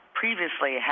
previously